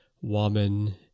woman